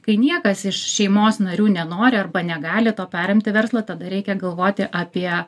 kai niekas iš šeimos narių nenori arba negali to perimti verslo tada reikia galvoti apie